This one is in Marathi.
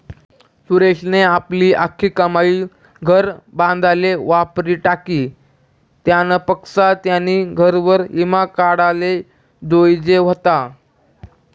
सुरेशनी आपली आख्खी कमाई घर बांधाले वापरी टाकी, त्यानापक्सा त्यानी घरवर ईमा काढाले जोयजे व्हता